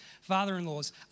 father-in-law's